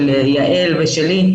של יעל ושלי,